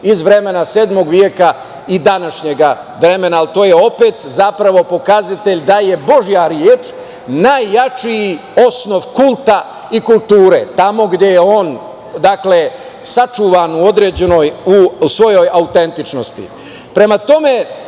iz vremena 7. veka i današnjeg vremena, ali to je opet zapravo pokazatelj da je božija reč najjači osnov kulta i kulture, tamo gde je on sačuvan u svojoj autentičnosti. Prema